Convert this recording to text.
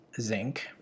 zinc